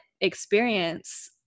experience